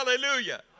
hallelujah